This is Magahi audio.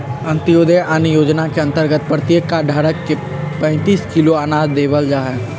अंत्योदय अन्न योजना के अंतर्गत प्रत्येक कार्ड धारक के पैंतीस किलो अनाज देवल जाहई